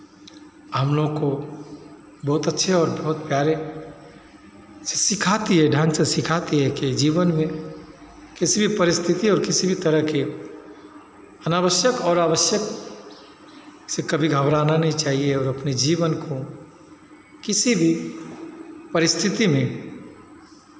हमलोग को बहुत अच्छे और प्यारे सिखाती है ढंग से सिखाती है कि जीवन में किसी भी परिस्थिति और किसी भी तरह के अनावश्यक और आवश्यक से कभी घबराना नहीं चाहिए और जीवन को किसी भी परिस्थिति में